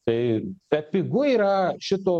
tai bepigu yra šito